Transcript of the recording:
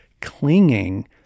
clinging